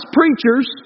preachers